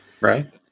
Right